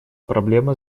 проблема